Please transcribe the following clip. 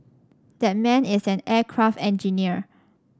that man is an aircraft engineer